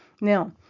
now